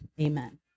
amen